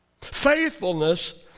Faithfulness